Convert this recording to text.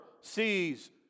sees